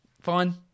Fine